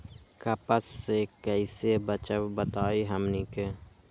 कपस से कईसे बचब बताई हमनी के?